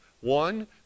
One